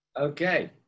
Okay